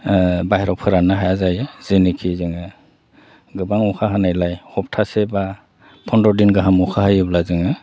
बाहेरायाव फोराननो हाया जायो जेनाखि जोङो गोबां अखा हानायलाय हप्ताहसेब्ला फनद्र' दिन गाहाम अखा हायोब्ला जोङो